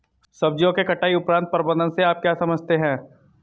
सब्जियों के कटाई उपरांत प्रबंधन से आप क्या समझते हैं?